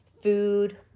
food